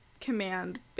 command